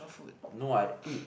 no I eat